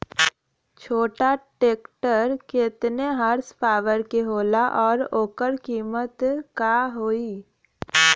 छोटा ट्रेक्टर केतने हॉर्सपावर के होला और ओकर कीमत का होई?